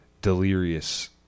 delirious